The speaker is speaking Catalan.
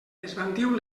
esbandiu